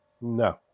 No